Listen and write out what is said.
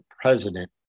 president